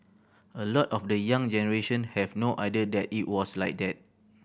a lot of the young generation have no idea that it was like that